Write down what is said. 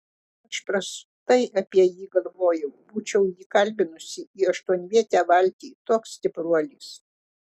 aš prastai apie jį galvojau būčiau jį kalbinusi į aštuonvietę valtį toks stipruolis